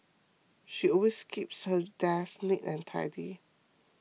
she always keeps her desk neat and tidy